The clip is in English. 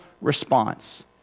response